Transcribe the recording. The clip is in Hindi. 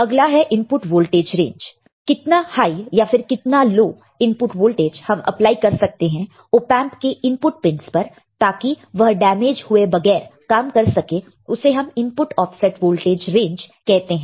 अगला है इनपुट वोल्टेज रेंज है कितना हाई या फिर कितना लो इनपुट वोल्टेज हम अप्लाई कर सकते हैं ऑपएंप के इनपुट पिंस पर ताकि वह डैमेज हुए बगैर काम कर सके उसे हम input offset voltage range कहते हैं